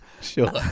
Sure